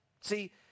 See